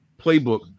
playbook